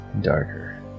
Darker